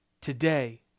today